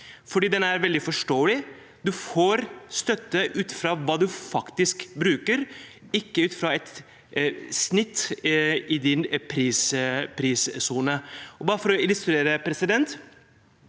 fordi den er veldig forståelig. Man får støtte ut fra hva man faktisk bruker, ikke ut fra et snitt i egen prissone. Bare for å illustrere: De